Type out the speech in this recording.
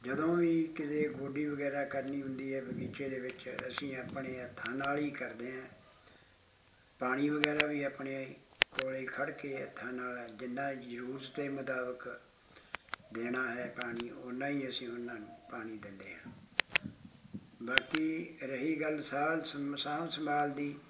ਜਦੋਂ ਵੀ ਕਿਤੇ ਗੋਡੀ ਵਗੈਰਾ ਕਰਨੀ ਹੁੰਦੀ ਹੈ ਬਗੀਚੇ ਦੇ ਵਿੱਚ ਅਸੀਂ ਆਪਣੇ ਹੱਥਾਂ ਨਾਲ ਹੀ ਕਰਦੇ ਹਾਂ ਪਾਣੀ ਵਗੈਰਾ ਵੀ ਆਪਣੇ ਕੋਲ ਖੜ੍ਹ ਕੇ ਹੱਥਾਂ ਨਾਲ ਜਿੰਨਾ ਜ਼ਰੂਰਤ ਦੇ ਮੁਤਾਬਕ ਦੇਣਾ ਹੈ ਪਾਣੀ ਓਨਾ ਹੀ ਅਸੀਂ ਉਹਨਾਂ ਨੂੰ ਪਾਣੀ ਦਿੰਦੇ ਹਾਂ ਬਾਕੀ ਰਹੀ ਗੱਲ ਸਾਲ ਸਾਂਭ ਸੰਭਾਲ ਦੀ